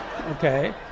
okay